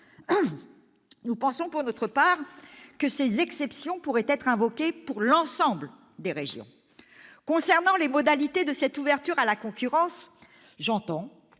Nous pensons, pour notre part, que ces exceptions pourraient être invoquées pour l'ensemble des régions. Concernant les modalités d'ouverture à la concurrence, j'entends